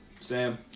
Sam